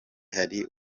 hari